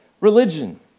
religion